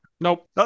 nope